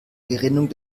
gerinnung